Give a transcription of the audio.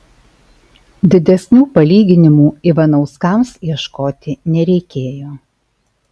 didesnių palyginimų ivanauskams ieškoti nereikėjo